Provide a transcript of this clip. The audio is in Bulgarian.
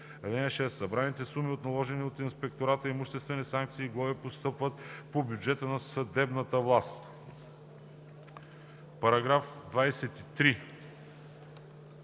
Събраните суми от наложени от инспектората имуществени санкции и глоби постъпват по бюджета на съдебната власт.“